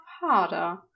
harder